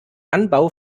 anbau